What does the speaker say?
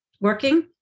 working